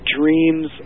dreams